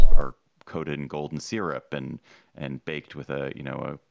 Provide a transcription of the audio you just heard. are coated in golden syrup and and baked with a, you know,